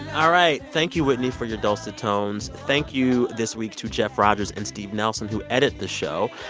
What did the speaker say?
all right. thank you, whitney, for your dulcet tones. thank you this week to jeff rodgers and steve nelson, who edit the show.